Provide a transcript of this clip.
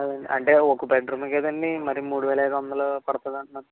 అంటే ఒక బెడ్రూమే కదండిమరీ మూడువేల ఐదువందలు పడుతుంది అంటున్నారు